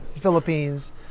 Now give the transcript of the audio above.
Philippines